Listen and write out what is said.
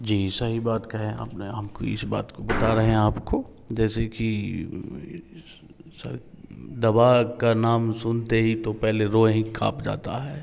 जी सही बात कहें आपने हमको इस बात को बता रहें हैं आपको जैसे कि सर दवा का नाम सुनते ही तो पहले रोएँ काँप जाता है